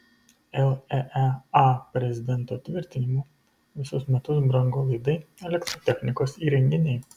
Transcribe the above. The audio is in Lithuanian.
leea prezidento tvirtinimu visus metus brango laidai elektrotechnikos įrenginiai